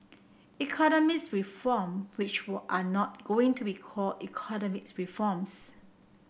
economics reform which are not going to be call economics reforms